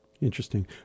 Interesting